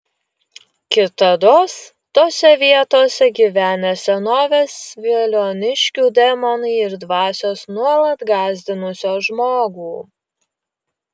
kitados tose vietose gyvenę senovės veliuoniškių demonai ir dvasios nuolat gąsdinusios žmogų